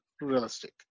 realistic